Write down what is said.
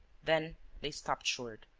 then they stopped short.